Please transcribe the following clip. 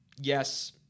yes